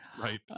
Right